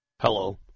Hello